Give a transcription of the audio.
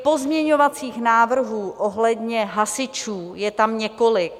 Pozměňovacích návrhů ohledně hasičů je tam několik.